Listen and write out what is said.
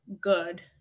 good